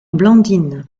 blandine